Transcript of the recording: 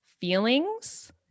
feelings